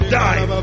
die